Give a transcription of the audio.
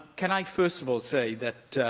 can i first of all say that,